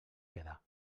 quedar